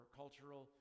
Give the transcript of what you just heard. cultural